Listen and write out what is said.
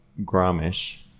gromish